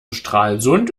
stralsund